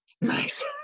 Nice